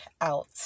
out